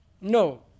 No